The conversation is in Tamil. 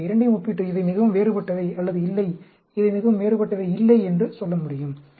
என்னால் இவை இரண்டையும் ஒப்பிட்டு இவை மிகவும் வேறுபட்டவை அல்லது இல்லை இவை மிகவும் வேறுபட்டவை இல்லை என்று சொல்ல முடியும்